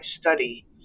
study